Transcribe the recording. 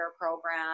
program